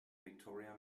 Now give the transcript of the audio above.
victoria